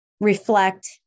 reflect